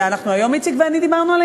מחבק עצים,